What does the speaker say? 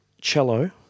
cello